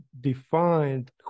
defined